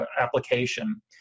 application